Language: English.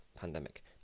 pandemic